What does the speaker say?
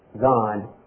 God